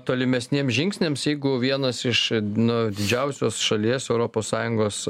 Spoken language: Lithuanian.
tolimesniems žingsniams jeigu vienas iš na didžiausios šalies europos sąjungos